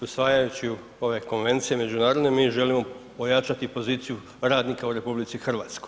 Usvajajući ove konvencije međunarodne mi želimo ojačati poziciju radnika u RH.